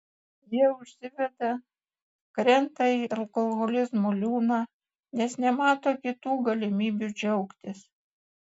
jie užsiveda krenta į alkoholizmo liūną nes nemato kitų galimybių džiaugtis